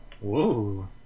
Whoa